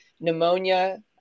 pneumonia